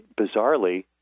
bizarrely